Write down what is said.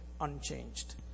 unchanged